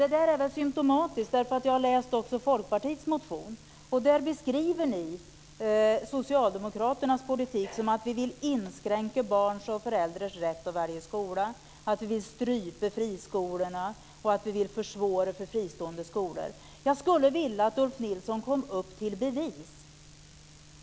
Det är symtomatiskt. Jag har läst Folkpartiets motion. Där beskriver ni Socialdemokraternas politik som att vi vill inskränka barns och föräldrars rätt att välja skola, att vi vill strypa friskolorna och att vi vill försvåra för fristående skolor. Jag skulle vilja att Ulf Nilsson kom upp till bevis.